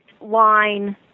line